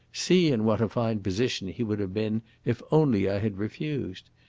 see in what a fine position he would have been if only i had refused.